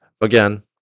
again